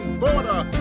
border